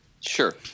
Sure